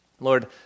Lord